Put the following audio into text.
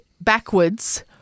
backwards